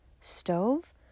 Stove